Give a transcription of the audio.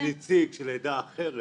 אני נציג של עדה אחרת.